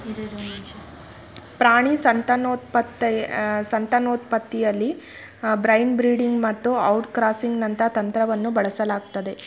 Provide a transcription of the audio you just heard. ಪ್ರಾಣಿ ಸಂತಾನೋತ್ಪತ್ತಿಲಿ line breeding ಮತ್ತುಔಟ್ಕ್ರಾಸಿಂಗ್ನಂತಂತ್ರವನ್ನುಬಳಸಲಾಗ್ತದೆ